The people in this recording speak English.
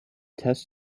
test